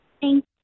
Thank